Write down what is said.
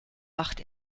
wacht